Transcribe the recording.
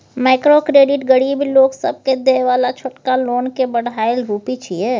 micro credit गरीब लोक सबके देय बला छोटका लोन के बढ़ायल रूप छिये